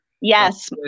yes